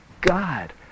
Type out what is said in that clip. God